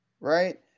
right